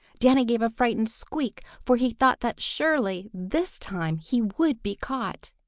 danny gave a frightened squeak, for he thought that surely this time he would be caught.